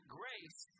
grace